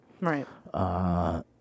Right